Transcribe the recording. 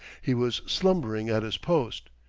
he was slumbering at his post,